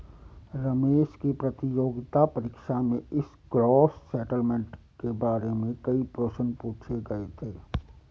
रमेश की प्रतियोगिता परीक्षा में इस ग्रॉस सेटलमेंट के बारे में कई प्रश्न पूछे गए थे